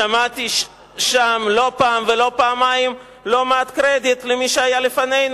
דווקא שמעתי שם לא פעם ולא פעמיים לא מעט קרדיט למי שהיה לפנינו,